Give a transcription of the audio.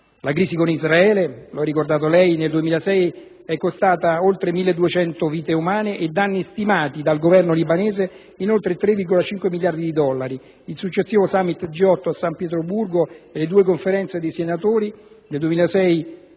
La crisi con Israele del 2006, lo ha ricordato lei, signor Ministro, è costata oltre 1.200 vite umane e danni stimati dal Governo libanese in oltre 3,5 miliardi di dollari; il successivo Summit G8 a San Pietroburgo e le due conferenze dei donatori nel